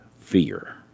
fear